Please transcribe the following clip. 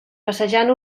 passejant